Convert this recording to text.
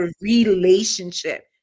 relationship